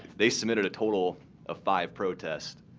they submitted a total of five protests.